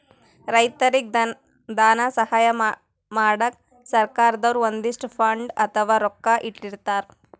ರೈತರಿಗ್ ಧನ ಸಹಾಯ ಮಾಡಕ್ಕ್ ಸರ್ಕಾರ್ ದವ್ರು ಒಂದಿಷ್ಟ್ ಫಂಡ್ ಅಥವಾ ರೊಕ್ಕಾ ಇಟ್ಟಿರ್ತರ್